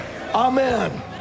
Amen